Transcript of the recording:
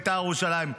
בית"ר ירושלים.